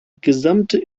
gesamte